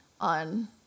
on-